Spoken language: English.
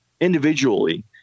individually